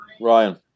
Ryan